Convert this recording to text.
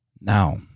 Now